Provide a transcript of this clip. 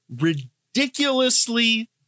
ridiculously